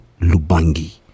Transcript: Lubangi